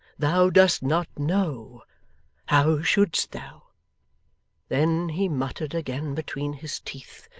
thou dost not know how should'st thou then he muttered again between his teeth,